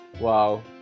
Wow